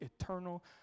eternal